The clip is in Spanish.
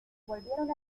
volvieron